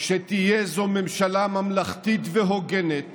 שתהיה זו ממשלה ממלכתית והוגנת